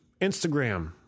Instagram